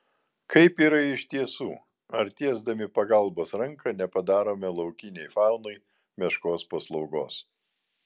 kaip yra iš tiesų ar tiesdami pagalbos ranką nepadarome laukiniai faunai meškos paslaugos